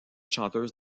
chanteuse